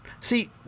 See